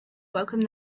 welcomed